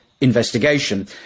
investigation